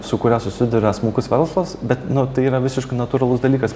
su kuria susiduria smulkus verslas bet nu tai yra visiškai natūralus dalykas